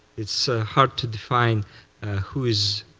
it's hard to define who is